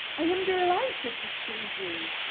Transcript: i am delighted to see you.